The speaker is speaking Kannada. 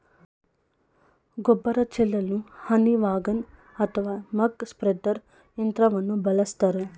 ಗೊಬ್ಬರ ಚೆಲ್ಲಲು ಹನಿ ವಾಗನ್ ಅಥವಾ ಮಕ್ ಸ್ಪ್ರೆಡ್ದರ್ ಯಂತ್ರವನ್ನು ಬಳಸ್ತರೆ